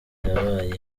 yabaye